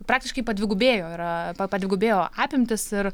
praktiškai padvigubėjo ir padvigubėjo apimtys ir